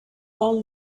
all